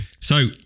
So-